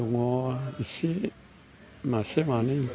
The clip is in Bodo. दङ एसे मासे मानै